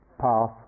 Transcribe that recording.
path